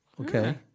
Okay